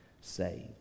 saved